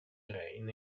drain